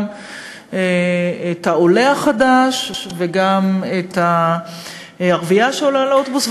גם את העולה החדש וגם את הערבייה שעולה לאוטובוס.